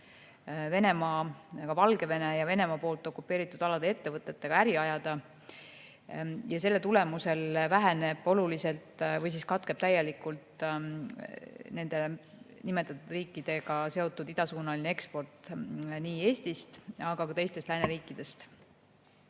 Venemaa ja Valgevene ning Venemaa poolt okupeeritud alade ettevõtetega äri ajada. Selle tulemusel väheneb oluliselt või katkeb täielikult nende riikidega seotud idasuunaline eksport nii Eestist kui ka teistest lääneriikidest.